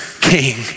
king